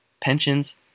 pensions